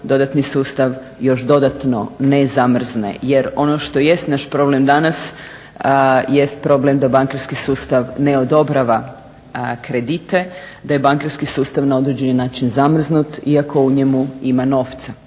dodatni sustav još dodatno ne zamrzne jer ono što jest naš problem danas jest problem da bankarski sustav ne odobrava kredite, da je bankarski sustav na određeni način zamrznut iako u njemu ima novca.